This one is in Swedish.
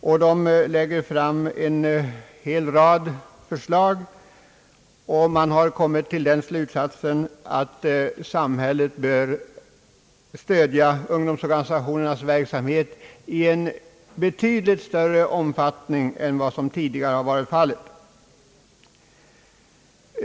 Man lägger där fram en hel rad förslag och har kommit till den slutsatsen att samhället bör stödja ungdomsorganisationernas verksamhet i en betydligt större omfattning än vad som tidigare har varit fallet.